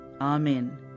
Amen